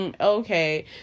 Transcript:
okay